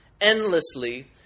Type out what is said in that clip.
endlessly